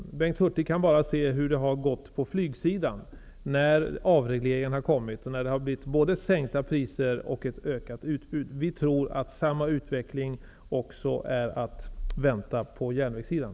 Bengt Hurtig kan bara se hur det har gått på flygsidan efter avregleringen. Det har blivit både sänkta priser och ett ökat utbud. Vi tror att samma utveckling är att vänta på järnvägssidan.